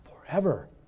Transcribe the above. Forever